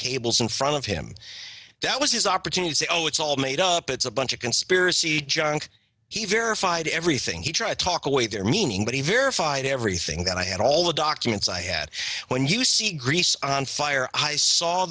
cables in front of him that was his opportunity to say oh it's all made up it's a bunch of conspiracy junk he verified everything he tried to talk away their meaning but he verified everything that i had all the documents i had when you see grease on fire i saw